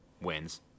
wins